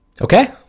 Okay